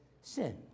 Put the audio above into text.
sin